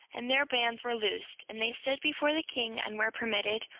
and their bands were loosed and they stood before the king, and were permitted,